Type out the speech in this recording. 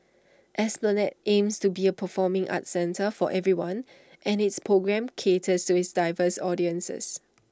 esplanade aims to be A performing arts centre for everyone and its programmes caters to its diverse audiences